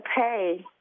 pay